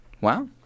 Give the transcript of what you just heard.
Wow